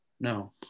no